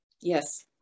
Yes